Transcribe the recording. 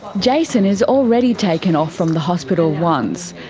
jason has already taken off from the hospital once.